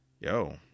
yo